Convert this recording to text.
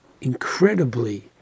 incredibly